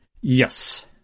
Yes